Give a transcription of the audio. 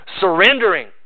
Surrendering